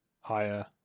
Higher